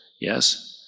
yes